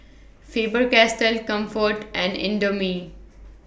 Faber Castell Comfort and Indomie